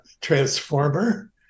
transformer